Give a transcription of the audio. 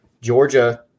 Georgia